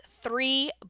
three